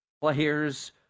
players